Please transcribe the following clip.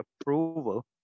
approval